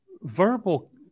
verbal